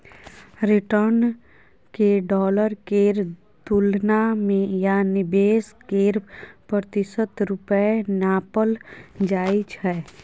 return केँ dollar केर तुलना मे या निबेश केर प्रतिशत रुपे नापल जाइ छै